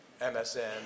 MSN